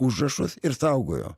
užrašus ir saugojo